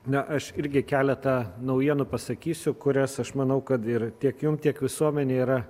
na aš irgi keletą naujienų pasakysiu kurias aš manau kad ir tiek jum tiek visuomenei yra